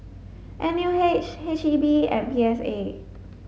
N U H H E B and P S A